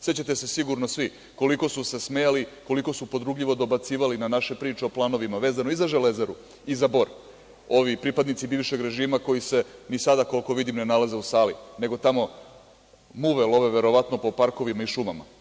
Sećate se sigurno svi koliko su se smejali, koliko su podrugljivo dobacivali na naše priče o planovima, vezano i za Železaru i za Bor, ovi pripadnici bivšeg režima, koji se ni sada, koliko vidim, ne nalaze u sali, nego tamo muve love verovatno po parkovima i šumama.